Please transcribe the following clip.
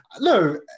No